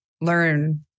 learn